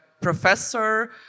professor